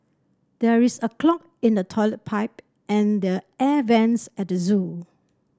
there is a clog in the toilet pipe and the air vents at the zoo